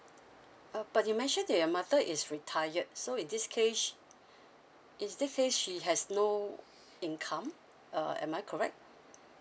uh but you mentioned that your mother is retired so in this case in this case she has no income uh am I correct